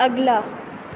اگلا